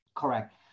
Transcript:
Correct